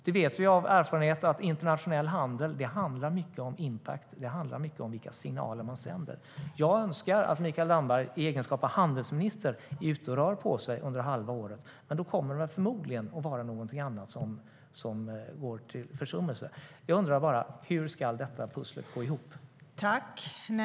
Vi vet av erfarenhet att internationell handel handlar mycket om impact och om vilka signaler man sänder. Jag önskar att Mikael Damberg i egenskap av handelsminister är ute och rör på sig under halva året, men då kommer det förmodligen att vara något annat som blir försummat. Jag undrar bara: Hur ska detta pussel gå ihop?